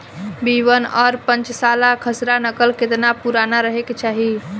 B one और पांचसाला खसरा नकल केतना पुरान रहे के चाहीं?